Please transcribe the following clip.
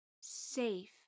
safe